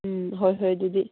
ꯎꯝ ꯍꯣꯏ ꯍꯣꯏ ꯑꯗꯨꯗꯤ